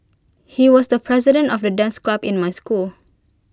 he was the president of the dance club in my school